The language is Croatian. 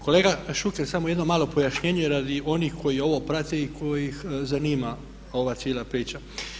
Kolega Šuker samo jedno malo pojašnjenje radi onih koji ovo prate i koje zanima ova cijela priča.